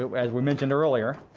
as we mentioned earlier,